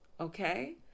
okay